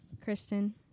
Kristen